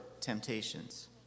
temptations